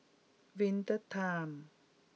Winter Time